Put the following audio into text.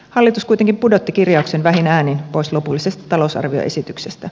hallitus kuitenkin pudotti kirjauksen vähin äänin pois lopullisesta talousarvioesityksestä